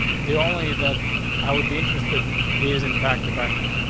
the only that i would be interested is, in fact, the background.